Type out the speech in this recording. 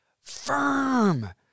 Firm